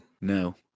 No